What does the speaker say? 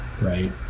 right